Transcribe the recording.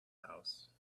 house